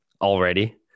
already